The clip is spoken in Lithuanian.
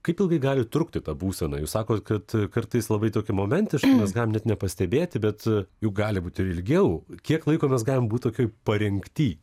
kaip ilgai gali trukti ta būsena jūs sakot kad kartais labai tokia momentiška mes galim net nepastebėti bet juk gali būt ir ilgiau kiek laiko mes galim būt tokioj parengty